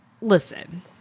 Listen